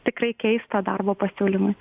tikrai keista darbo pasiūlymui